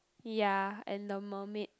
ya and a mermaid